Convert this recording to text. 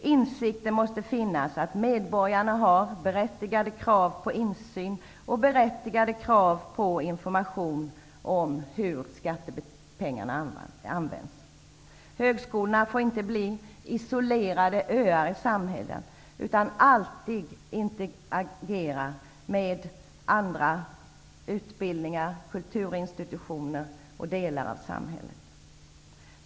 Insikten måste finnas att medborgarna har berättigade krav på insyn och berättigade krav på information om hur skattepengarna används. Högskolorna får inte bli isolerade öar i samhället, utan de måste alltid interagera med andra utbildningar, kulturinstitutioner och delar av samhället.